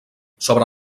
sobre